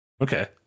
Okay